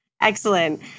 Excellent